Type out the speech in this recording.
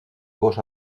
gauche